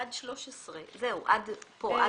עד סעיף 13. עד כאן.